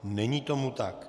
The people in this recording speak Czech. Není tomu tak.